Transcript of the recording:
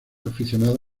aficionado